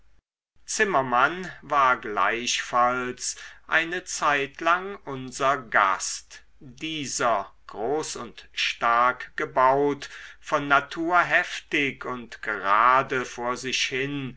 zimmermann war gleichfalls eine zeitlang unser gast dieser groß und stark gebaut von natur heftig und gerade vor sich hin